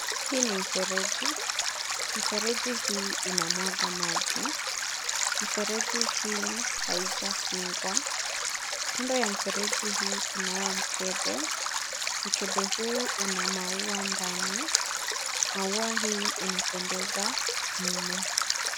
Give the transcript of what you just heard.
Hii ni mfereji. Mfereji hii inamwaga maji. Mfereji hii haijafungwa. Kando ya mfereji hii kunao mkebe. Mkebe huu una maua ndani. Maua hii inapendeza mno.